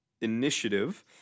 initiative